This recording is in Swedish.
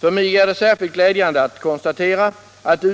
För mig är det särskilt glädjande att konstatera att